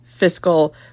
Fiscal